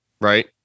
Right